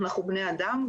אנחנו בני אדם.